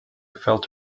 felt